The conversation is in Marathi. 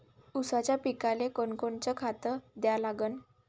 ऊसाच्या पिकाले कोनकोनचं खत द्या लागन?